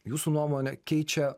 jūsų nuomonę keičia